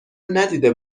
ندیده